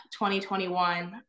2021